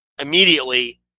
immediately